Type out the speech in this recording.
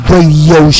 Radio